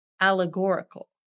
allegorical